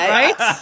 right